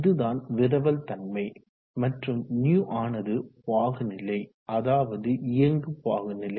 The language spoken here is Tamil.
இதுதான் விரவல் தன்மை மற்றும் υ ஆனது பாகுநிலை அதாவது இயங்கு பாகுநிலை